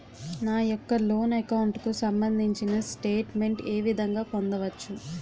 నా యెక్క loan account కు సంబందించిన స్టేట్ మెంట్ ఏ విధంగా పొందవచ్చు?